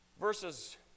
verses